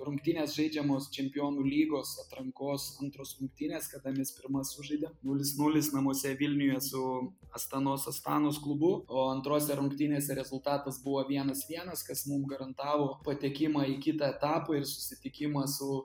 rungtynės žaidžiamos čempionų lygos atrankos antros rungtynės kada mes pirmas sužaidėm nulis nulis namuose vilniuje su astanos astanos klubu o antrose rungtynėse rezultatas buvo vienas vienas kas mum garantavo patekimą į kitą etapą ir susitikimą su